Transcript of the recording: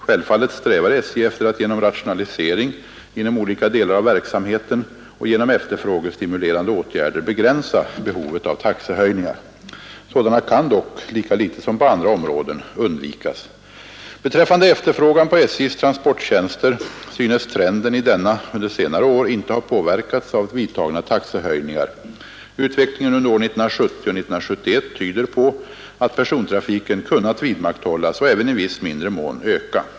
Självfallet strävar SJ efter att genom rationalisering inom olika delar av verksamheten och genom efterfrågestimulerande åtgärder begränsa behovet av taxehöjningar. Sådana kan dock — lika litet som på andra områden — undvikas. Beträffande efterfrågan på SJ:s transporttjänster synes trenden i denna under senare år inte ha påverkats av vidtagna taxehöjningar. Utvecklingen under år 1970 och 1971 tyder på att persontrafiken kunnat vidmakthållas och även i viss mindre mån öka.